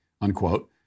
unquote